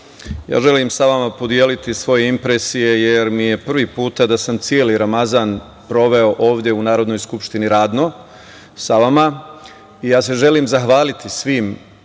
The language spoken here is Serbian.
Želim sa vama podeliti svoje impresije, jer mi je prvi put da sam celi Ramazan proveo ovde u Narodnoj skupštini radno sa vama. Želim se zahvaliti svim